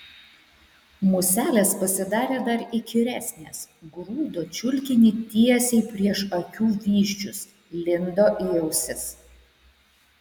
muselės pasidarė dar įkyresnės grūdo čiulkinį tiesiai prieš akių vyzdžius lindo į ausis